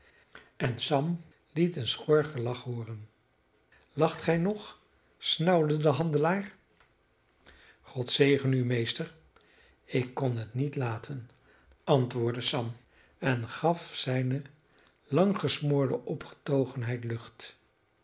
en sam liet een schor gelach hooren lacht gij nog snauwde de handelaar god zegene u meester ik kon het niet laten antwoordde sam en gaf zijne lang gesmoorde opgetogenheid lucht